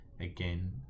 Again